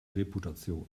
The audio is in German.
reputation